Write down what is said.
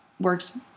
works